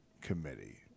committee